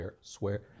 swear